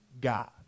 God